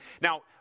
Now